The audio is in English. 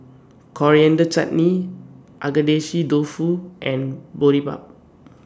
Coriander Chutney Agedashi Dofu and Boribap